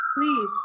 please